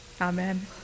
amen